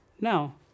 Now